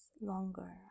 longer